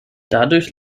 dadurch